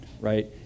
right